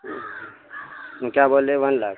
تو کیا بولے بن ل